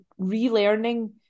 relearning